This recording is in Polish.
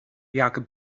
jak